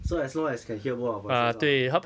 so as long as you can hear both our voices ah